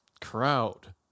crowd